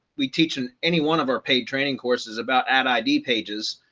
we teach in any one of our paid training courses about ad id pages,